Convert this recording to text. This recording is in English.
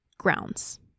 grounds